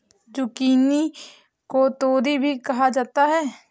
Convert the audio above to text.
zucchini को तोरी भी कहा जाता है